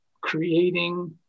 creating